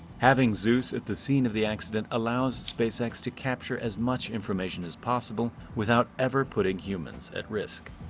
having zeus at the scene of the accident allows spacex to capture as much information as possible without ever putting humans at risk.